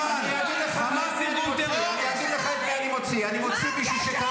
תומא סלימאן, אני קורא